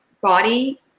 body